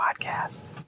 podcast